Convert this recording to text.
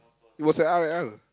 it was an R-and-R